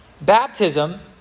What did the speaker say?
Baptism